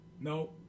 No